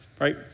right